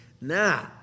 Nah